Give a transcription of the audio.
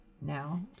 now